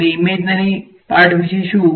અને ઈમેજનરી ભાગ વિશે શું